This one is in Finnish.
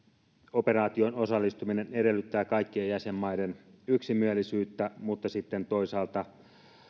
operaatioon osallistuminen edellyttää kaikkien jäsenmaiden yksimielisyyttä mutta sitten toisaalta